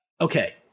Okay